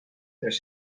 tres